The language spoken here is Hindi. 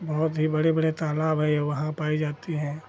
बहुत ही बड़े बड़े तालाब हैं ये वहाँ पाए जाते हैं